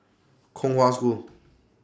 Kong Hwa School